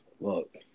Look